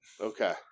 Okay